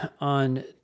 on